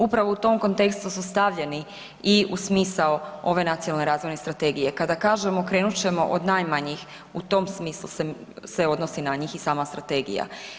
Upravo u tom kontekstu su stavljeni i u smisao ove nacionalne razvojne strategije kada kažemo krenut ćemo od najmanjih u tom smislu se odnosi na njih i sama strategija.